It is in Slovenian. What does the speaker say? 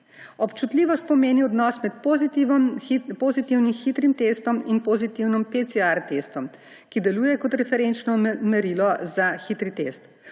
Občutljivost pomeni odnos med pozitivnim hitrim testom in pozitivnim PCR testom, ki deluje kot referenčno merilo za hitri test.